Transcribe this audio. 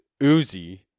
Uzi